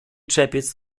czepiec